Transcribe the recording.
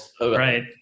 Right